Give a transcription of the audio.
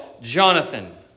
Jonathan